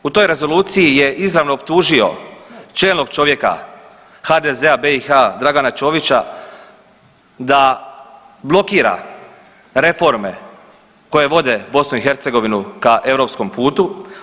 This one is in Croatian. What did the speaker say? U toj rezoluciji je izravno optužio čelnog čovjeka HDZ-a BiH Dragana Čovića da blokira reforme koje vode BiH ka europskom putu.